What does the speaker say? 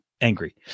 angry